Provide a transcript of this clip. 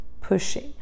pushing